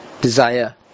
desire